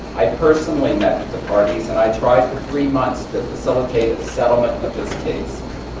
i personally met with the parties, and i tried for three months to facilitate a settlement of this case.